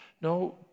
no